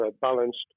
balanced